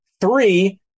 three